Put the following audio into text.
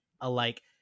alike